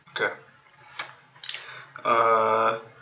okay err